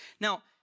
Now